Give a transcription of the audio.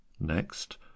Next